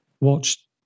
watch